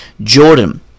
Jordan